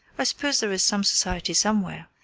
i suppose there is some society somewhere,